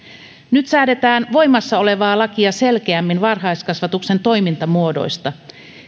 nyt säädetään voimassa olevaa lakia selkeämmin varhaiskasvatuksen toimintamuodoista